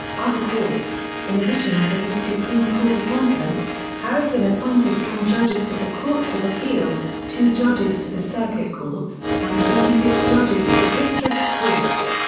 other courts in addition to his supreme court appointments, harrison harrison appointed ten judges to the courts of appeals, two judges to the circuit courts, and twenty six judges to the district courts.